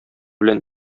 белән